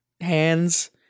hands